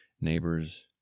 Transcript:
neighbors